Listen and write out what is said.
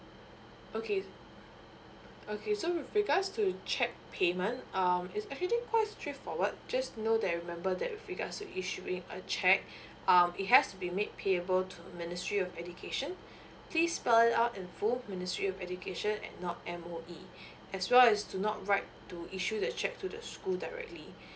okay okay so with regards to cheque payment um is actually quite straight forward just know that remember that with regards to issuing a cheque um it has to be make payable to the ministry of education please spell it out in full ministry of education and not M_O_E as well as do not write to issue the cheque to the school directly